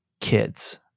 kids